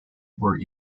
were